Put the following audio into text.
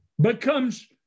becomes